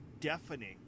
deafening